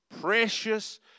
Precious